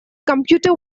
computer